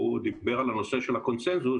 הוא דיבר על הנושא של הקונצנזוס